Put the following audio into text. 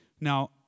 Now